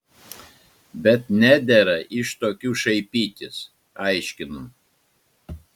bet nedera iš tokių šaipytis aiškinu